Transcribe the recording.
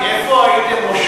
כי איפה הייתם,